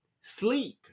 Sleep